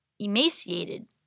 emaciated